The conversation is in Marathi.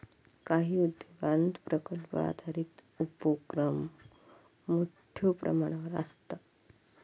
काही उद्योगांत प्रकल्प आधारित उपोक्रम मोठ्यो प्रमाणावर आसता